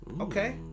Okay